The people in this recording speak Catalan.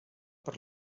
per